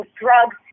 drugs